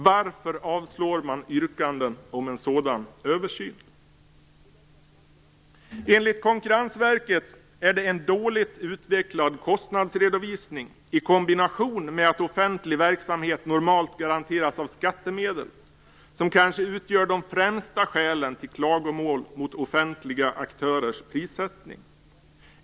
Varför avslås yrkanden om en sådan översyn? Enligt Konkurrensverket är det en dåligt utvecklad kostnadsredovisning, i kombination med att offentlig verksamhet normalt garanteras av skattemedel, som kanske utgör de främsta skälen till klagomål mot offentliga aktörers prissättning.